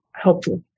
helpful